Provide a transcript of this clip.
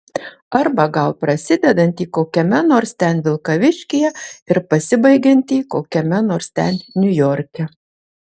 arba gal prasidedantį kokiame nors ten vilkaviškyje ir pasibaigiantį kokiame nors ten niujorke